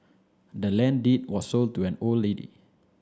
the land deed was sold to an old lady